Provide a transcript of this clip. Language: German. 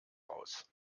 raus